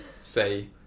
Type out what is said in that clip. say